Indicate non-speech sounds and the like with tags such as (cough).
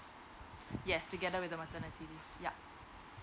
(breath) yes together with maternity leave yup